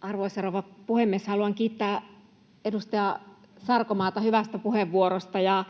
Arvoisa rouva puhemies! Haluan kiittää edustaja Sarkomaata hyvästä puheenvuorosta, ja